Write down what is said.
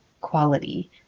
quality